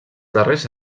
darrers